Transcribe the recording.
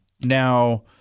Now